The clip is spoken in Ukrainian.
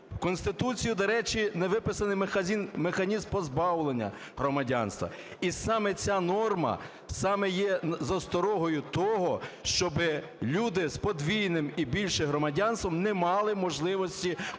Конституції, до речі, не виписаний механізм позбавлення громадянства, і саме ця норма саме є засторогою того, щоби люди з подвійним і більше громадянством не мали можливості купити